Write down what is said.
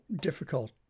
difficult